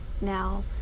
Now